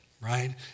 Right